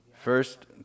First